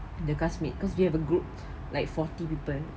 the classmate cause we have a group like forty people